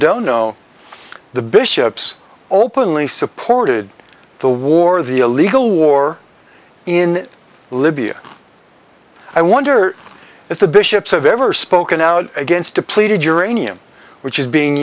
don't know the bishops openly supported the war the illegal war in libya i wonder if the bishops have ever spoken out against depleted uranium which is being